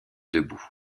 debout